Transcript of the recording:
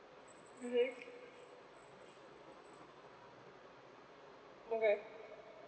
mmhmm okay